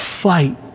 fight